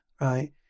right